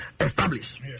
establish